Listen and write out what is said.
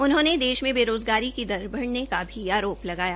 उन्होंने देश में बेरोज़गारी की दर बढ़ने का भी आरोप लगाया